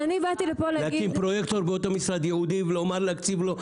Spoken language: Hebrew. להקים פרויקטור באותו משרד ייעודי, ולהקציב לו.